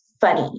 funny